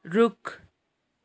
रुख